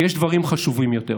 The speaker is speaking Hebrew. כי יש דברים חשובים יותר.